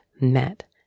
met